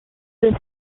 this